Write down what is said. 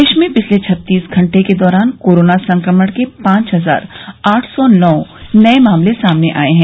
प्रदेश में पिछले छत्तीस घंटे के दौरान कोरोना संक्रमण के पांच हजार आठ सौ नौ नये मामले सामने आये हैं